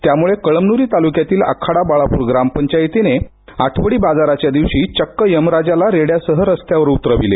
त्यामुळे कळमनुरी तालुक्यातील आखाडा बाळापूर ग्रामपंचायतीने आठवडी बाजाराच्या दिवशी चक्क यमराजाला रेड्यासह रस्त्यावर उतरविले